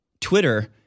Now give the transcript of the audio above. Twitter